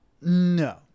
No